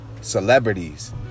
Celebrities